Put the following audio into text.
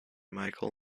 michael